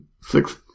six